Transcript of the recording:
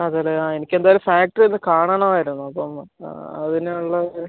അതേയല്ലേ ആ എനിക്കെന്തായാലും ഫാക്റ്ററിയൊന്ന് കാണണമായിരുന്നപ്പം അതിനുള്ള ഒരു